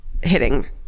hitting